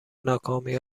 ناکامی